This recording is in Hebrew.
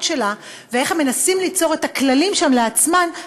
שלה ואיך הם מנסים ליצור את הכללים שם לעצמם,